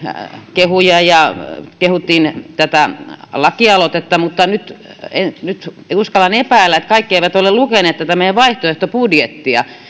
kehuja ja kehuttiin tätä lakialoitetta mutta nyt uskallan epäillä että kaikki eivät ole lukeneet meidän vaihtoehtobudjettiamme